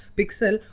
pixel